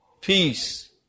peace